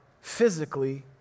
physically